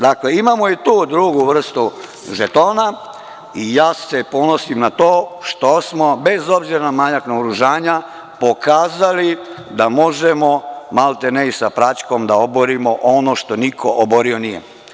Dakle, imamo i tu drugu vrstu žetona i ja se ponosim na to što smo, bez obzira na manjak naoružanja, pokazali da možemo maltene i sa praćkom da oborimo ono što niko oborio nije.